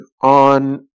on